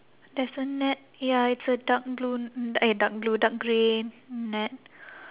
there's a net ya it's a dark blue n~ eh dark blue dark grey net